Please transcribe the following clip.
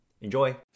Enjoy